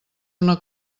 una